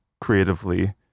creatively